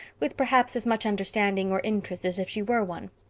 with perhaps as much understanding or interest as if she were one.